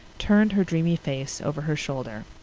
turned her dreamy face over her shoulder.